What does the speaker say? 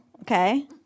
okay